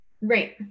Right